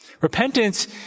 Repentance